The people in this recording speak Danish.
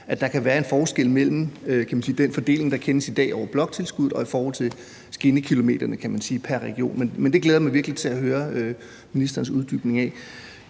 at der kan være en forskel mellem den fordeling, der kendes i dag, over bloktilskuddet, i forhold til skinnekilometerne, kan man sige, pr. region. Men det glæder jeg mig virkelig til at høre ministerens uddybning af.